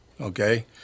Okay